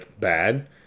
bad